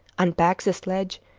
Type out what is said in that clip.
unpack the sledge,